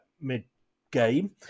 mid-game